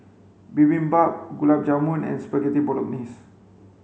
Bibimbap Gulab Jamun and Spaghetti Bolognese